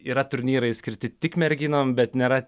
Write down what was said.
yra turnyrai skirti tik merginom bet nėra